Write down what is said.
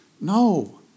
No